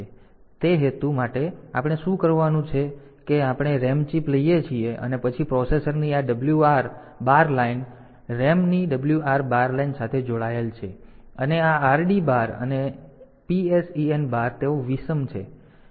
તેથી તે હેતુ માટે આપણે શું કરવાનું છે કે આપણે RAM ચિપ લઈએ છીએ અને પછી પ્રોસેસરની આ WR બાર લાઇન RAM ની WR બાર લાઇન સાથે જોડાયેલ છે અને આ RD બાર અને PSEN બાર તેઓ વિષમ છે અને તે છે